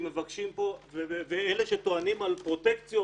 אלה שטוענים לפרוטקציות,